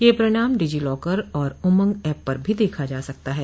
यह परिणाम डिजीलॉकर और उमंग ऐप पर भी देखा जा सकता है